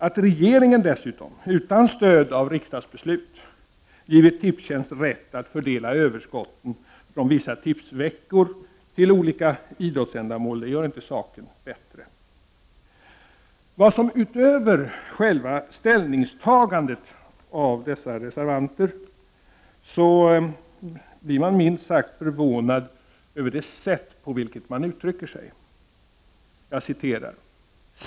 Att regeringen dessutom, utan stöd av riksdagsbeslut, givit Tipstjänst rätt att fördela överskotten från vissa tipsveckor till olika idrottsändamål gör inte saken bättre. Utöver själva ställningstagandet av dessa reservanter blir man minst sagt förvånad över det sätt på vilket de uttrycker sig.